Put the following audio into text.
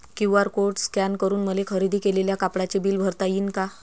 QR code scan करून मले खरेदी केलेल्या कापडाचे बिल भरता यीन का?